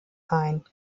ein